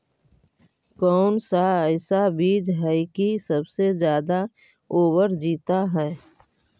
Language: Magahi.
कौन सा ऐसा बीज है की सबसे ज्यादा ओवर जीता है?